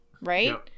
Right